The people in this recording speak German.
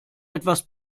etwas